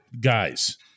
guys